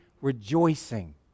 rejoicing